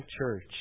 church